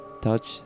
touch